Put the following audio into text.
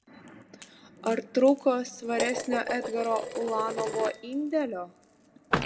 ar trūko svaresnio edgaro ulanovo indėlio